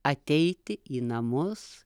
ateiti į namus